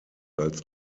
als